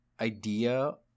idea